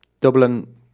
Dublin